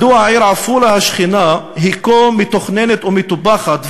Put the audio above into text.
מדוע העיר עפולה השכנה היא כה מתוכננת ומטופחת,